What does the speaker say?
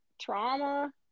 trauma